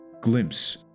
glimpse